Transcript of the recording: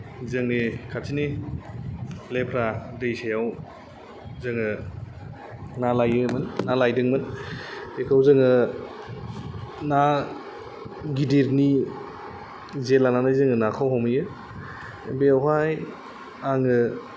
जोंनि खाथिनि लेफ्रा दैसायाव जोङो ना लायोमोन ना लायदोंमोन बेखौ जोङो ना गिदिरनि जे लानानै जोङो नाखौ हमहैयो बेवहाय आङो